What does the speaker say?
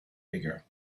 bigger